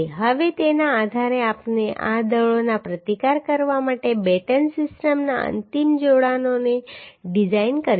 હવે તેના આધારે આપણે આ દળોનો પ્રતિકાર કરવા માટે બેટન સિસ્ટમના અંતિમ જોડાણોને ડિઝાઇન કરીશું